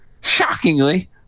shockingly